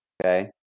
Okay